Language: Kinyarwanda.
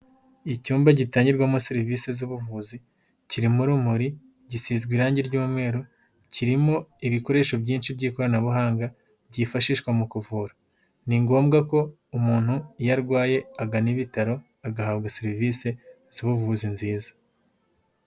Icyumba gitangirwamo serivise z'ubuvuzi, kirimo urumuri, gisizwe irange ry'umweru, kirimo ibikoresho byinshi by'ikoranabuhanga, byifashishwa mu kuvura, ni ngombwa ko umuntu iyo arwaye agana ibitaro, agahabwa serivisi z'ubuvuzi nziza.